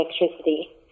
electricity